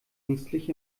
ängstlich